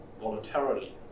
voluntarily